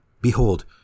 Behold